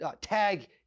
tag